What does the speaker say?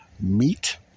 meat